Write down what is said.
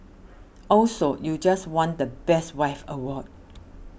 also you just won the best wife award